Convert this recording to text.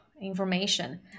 information